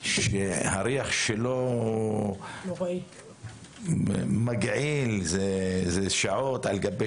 שהריח שלו הוא מגעיל ונשאר ימים על גבי